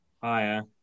Hiya